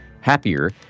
happier